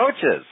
coaches